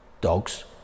dogs